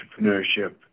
entrepreneurship